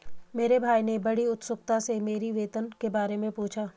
मेरे भाई ने बड़ी उत्सुकता से मेरी वेतन के बारे मे पूछा